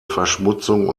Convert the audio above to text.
verschmutzung